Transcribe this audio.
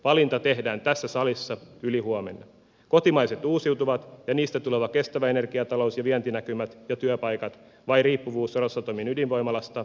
valinta tehdään tässä salissa ylihuomenna kotimaiset uusiutuvat ja niistä tuleva kestävä energiatalous ja vientinäkymät ja työpaikat vai riippuvuus rosatomin ydinvoimalasta